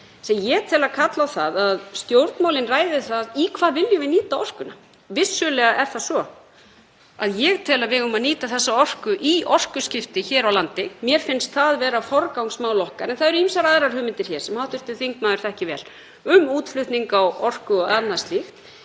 ég tel að það kalli á að stjórnmálin ræði það í hvað við viljum nýta orkuna. Vissulega er það svo að ég tel að við eigum að nýta þessa orku í orkuskipti hér á landi. Mér finnst það vera forgangsmál okkar en það eru ýmsar aðrar hugmyndir sem hv. þingmaður þekkir vel um útflutning á orku og annað slíkt.